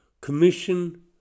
Commission